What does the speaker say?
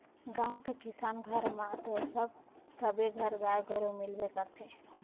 गाँव के किसान घर म तो सबे घर गाय गरु मिलबे करथे